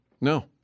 No